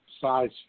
size